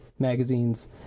magazines